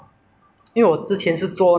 三月份到四月份班 ah